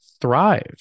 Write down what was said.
thrive